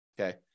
Okay